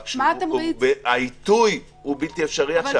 רק העיתוי לא מתאים עכשיו.